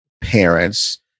parents